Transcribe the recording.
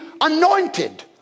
anointed